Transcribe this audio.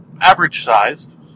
average-sized